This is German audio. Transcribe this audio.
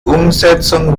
umsetzung